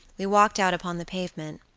we walked out upon the pavement.